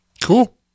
Cool